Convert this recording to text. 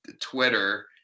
Twitter